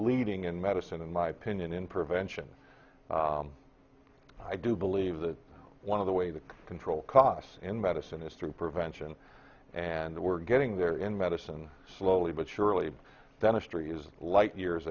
leading in medicine in my opinion in prevention i do believe that one of the way to control costs in medicine is through prevention and we're getting there in medicine slowly but surely dentistry is light years